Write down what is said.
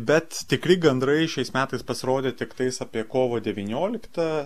bet tikri gandrai šiais metais pasirodė tiktais apie kovo devynioliktą